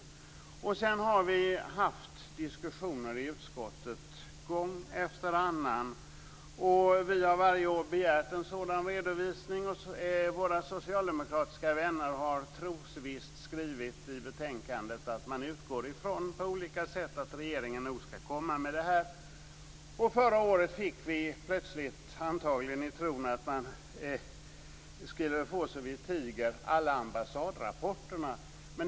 Det har sedan gång efter annan förts diskussioner i utskottet, och vi har varje år begärt en sådan här redovisning. Våra socialdemokratiska vänner har i betänkandet trosvisst skrivit att man utgår från att regeringen nog skall lägga fram en sådan. Förra året fick vi plötsligt, antagligen i tron att vi därmed skulle tiga, alla ambassadrapporterna.